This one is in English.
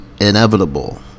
inevitable